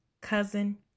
cousin